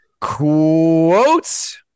Quotes